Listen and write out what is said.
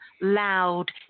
loud